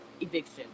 eviction